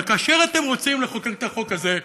אבל כאשר אתם רוצים לחוקק את החוק הזה,